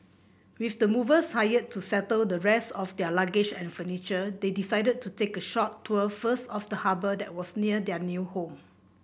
with the movers hired to settle the rest of their luggage and furniture they decided to take a short tour first of the harbour that was near their new home